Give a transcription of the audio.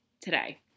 Today